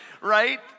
Right